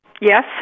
Yes